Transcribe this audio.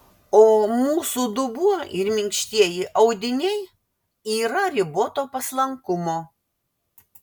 o mūsų dubuo ir minkštieji audiniai yra riboto paslankumo